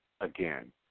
again